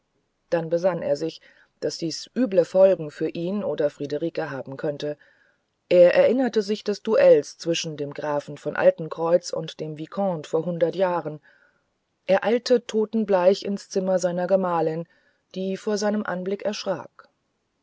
dann besann er sich daß dies üble folgen für ihn oder friederike haben könnte er erinnerte sich des duells zwischen dem grafen von altenkreuz und dem vicomte vor hundert jahren er eilte totenbleich ins zimmer seiner gemahlin die vor seinem anblick erschrak